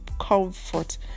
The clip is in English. comfort